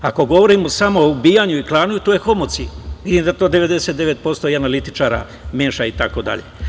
Ako govorimo samo o ubijanju i klanju, to je homocid, vidim da to 99% i analitičara meša itd.